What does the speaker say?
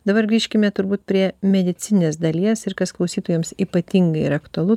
dabar grįžkime turbūt prie medicinės dalies ir kas klausytojams ypatingai yra aktualu